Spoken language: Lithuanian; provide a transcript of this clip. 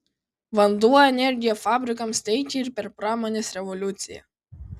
vanduo energiją fabrikams teikė ir per pramonės revoliuciją